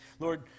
Lord